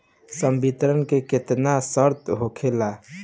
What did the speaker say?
संवितरण के केतना शर्त होखेला?